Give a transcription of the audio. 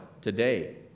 today